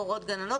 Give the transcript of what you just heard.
מורות וגננות,